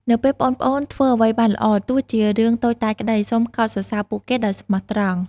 នៅពេលប្អូនៗធ្វើអ្វីបានល្អ ទោះជារឿងតូចតាចក្តី សូមកោតសរសើរពួកគេដោយស្មោះត្រង់។